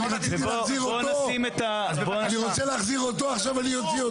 אני רוצה להחזיר אותו, עכשיו אני יוציא אותך?